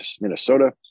Minnesota